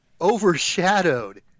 overshadowed